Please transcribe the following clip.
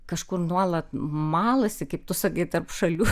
kažkur nuolat malasi kaip tu sakei tarp šalių